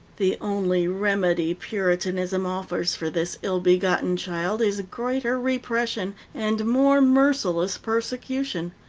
the only remedy puritanism offers for this ill-begotten child is greater repression and more merciless persecution.